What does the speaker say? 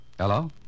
Hello